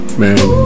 man